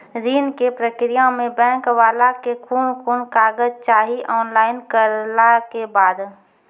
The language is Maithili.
ऋण के प्रक्रिया मे बैंक वाला के कुन कुन कागज चाही, ऑनलाइन करला के बाद?